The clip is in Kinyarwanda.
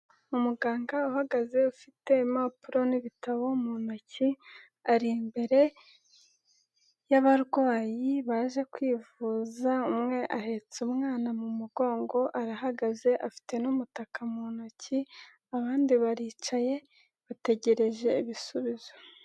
Umuganga uhagaze ufite impapuro n'ibitabo mu ntoki, ari imbere y'abarwayi baje kwivuza, umwe ahetse umwana mu mugongo, arahagaze afite n'umutaka mu ntoki, abandi baricaye bategereje ibisubizo.